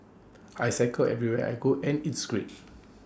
I cycle everywhere I go and it's great